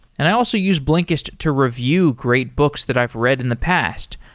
and i also use blinkist to review great books that i've read in the past,